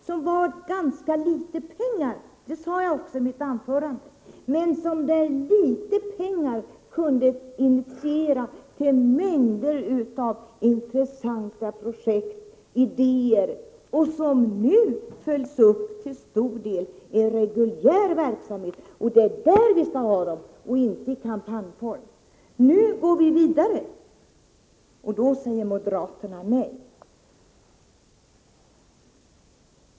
Det var ganska litet pengar — och det sade jag också i mitt anförande — men litet 113 pengar kunde initiera till mängder av intressanta projekt och idéer, som nu följs upp till stor del i reguljär verksamhet. Det är till detta vi skall ha pengarna, inte använda dem i kampanjform. Nu går vi vidare — och då säger moderaterna nej.